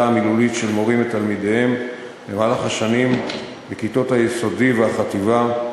המילולית של מורים את תלמידיהם במהלך השנים בכיתות היסודי והחטיבה,